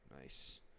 Nice